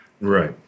Right